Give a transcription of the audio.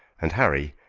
and harry,